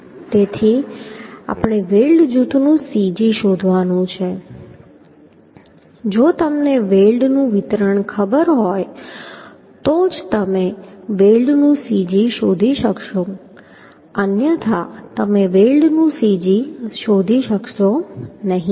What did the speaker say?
તેથી આપણે વેલ્ડ જૂથનું cg શોધવાનું છે જો તમને વેલ્ડનું વિતરણ ખબર હોય તો જ તમે વેલ્ડ નું cg શોધી શકશો અન્યથા તમે વેલ્ડનું cg શોધી શકશો નહીં